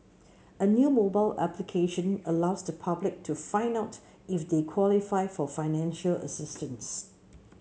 a new mobile application allows the public to find out if they qualify for financial assistance